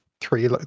three